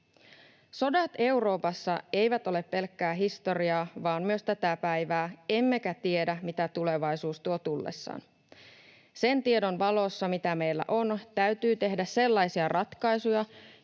Sodat Euroopassa eivät ole pelkkää historiaa vaan myös tätä päivää, emmekä tiedä, mitä tulevaisuus tuo tullessaan. Sen tiedon valossa, mitä meillä on, täytyy tehdä sellaisia ratkaisuja,